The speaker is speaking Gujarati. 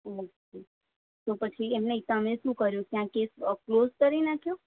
અચ્છા તો પછી એમ નહીં તમે શું કર્યું ત્યાં કેસ ક્લોઝ કરી નાખ્યો